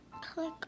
Click